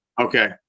Okay